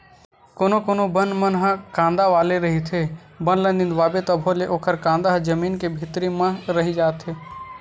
कोनो कोनो बन मन ह कांदा वाला रहिथे, बन ल निंदवाबे तभो ले ओखर कांदा ह जमीन के भीतरी म रहि जाथे